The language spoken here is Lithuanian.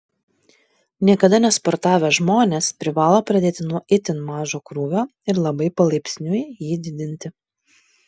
niekada nesportavę žmonės privalo pradėti nuo itin mažo krūvio ir labai palaipsniui jį didinti